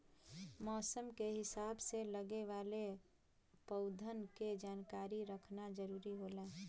मौसम के हिसाब से लगे वाले पउधन के जानकारी रखना जरुरी होला